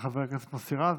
של חבר הכנסת מוסי רז,